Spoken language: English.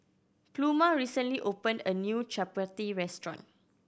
Pluma recently opened a new Chapati restaurant